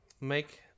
Make